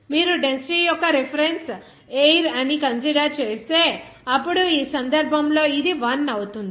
మీరు డెన్సిటీ యొక్క reference air అని కన్సిడర్ చేస్తే అప్పుడు ఈ సందర్భంలో ఇది 1 అవుతుంది